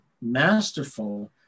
masterful